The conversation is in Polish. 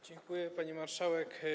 Dziękuję, pani marszałek.